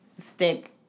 stick